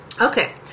Okay